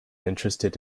interested